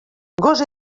gos